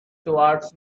towards